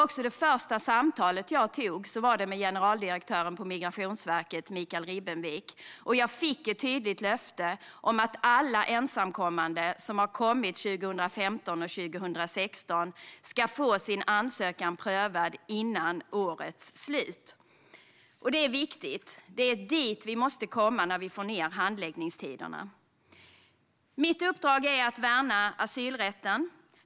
Mitt första samtal var med generaldirektören på Migrationsverket, Mikael Ribbenvik. Jag fick ett tydligt löfte om att alla ensamkommande som har kommit under 2015 och 2016 ska få sin ansökan prövad före årets slut. Detta är viktigt. Det är dit vi måste komma - vi måste få ned handläggningstiderna. Mitt uppdrag är att värna asylrätten.